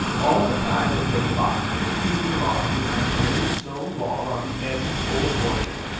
all the time that reddy fox was creeping along behind the old stone wall on the edge of the old orchard,